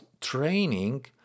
training